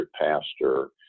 pastor